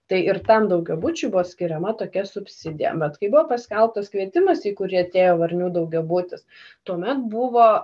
tai ir tam daugiabučių buvo skiriama tokia subsidija bet kai buvo paskelbtas kvietimas į kurį atėjo varnių daugiabutis tuomet buvo